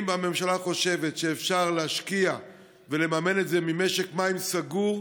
אם הממשלה חושבת שאפשר להשקיע ולממן את זה ממשק מים סגור,